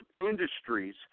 industries